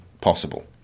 possible